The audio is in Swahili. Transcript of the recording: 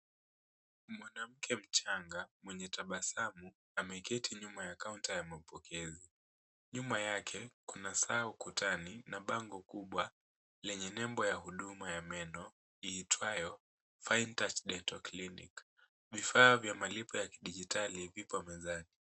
Mwanamke mchanga mwenye tabasamu ameketi nyuma ya kaunta ya mapokezi. Nyuma yake kuna saa ukutani na bango kubwa lenye nembo ya huduma ya meno iitwayo Fine Touch dental clinic . Vifaa vya malipo ya kidijitali vipo mezani.